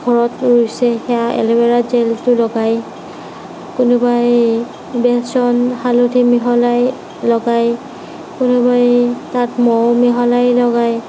ঘৰৰ পৰা চিঙা এল'ভেৰা জেলটো লগায় কোনোবাই বেচন হালধী মিহলাই লগায় কোনোবাই তাত মৌ মিহলাই লগায়